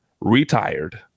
retired